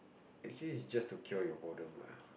actually is just to cure your boredom lah